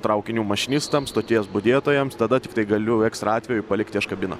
traukinių mašinistams stoties budėtojams tada tiktai galiu ekstra atveju palikti aš kabiną